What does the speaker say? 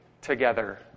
together